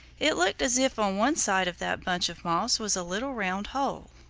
it looked as if in one side of that bunch of moss was a little round hole.